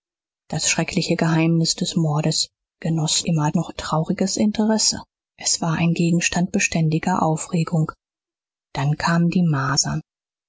das schreckliche geheimnis des mordes genoß immer noch trauriges interesse es war ein gegenstand beständiger aufregung dann kamen die masern